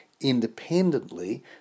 independently